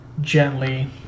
gently